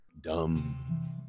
dumb